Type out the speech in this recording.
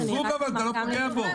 הפוך, אבל אתה לא פוגע בו.